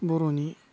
बर'नि